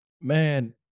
Man